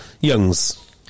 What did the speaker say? Youngs